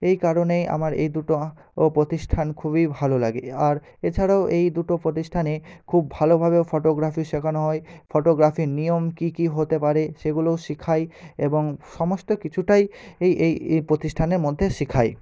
এই কারণেই আমার এই দুটো ও প্রতিষ্ঠান খুবই ভালো লাগে আর এছাড়াও এই দুটো প্রতিষ্ঠানে খুব ভালোভাবে ফটোগ্রাফি শেখানো হয় ফটোগ্রাফির নিয়ম কী কী হতে পারে সেগুলোও শেখায় এবং সমস্ত কিছুটাই এই এই এ প্রতিষ্ঠানের মধ্যে শেখায়